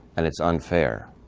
and it's unfair.